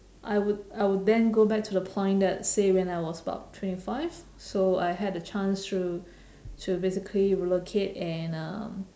I would I would then go back to the point that say when I was about twenty five so I had a chance to to basically relocate and uh